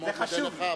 אני מאוד מודה לך,